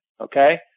Okay